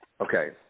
Okay